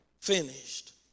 finished